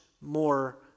more